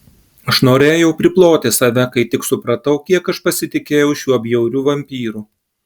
aš norėjau priploti save kai tik supratau kiek aš pasitikėjau šiuo bjauriu vampyru